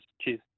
Cheers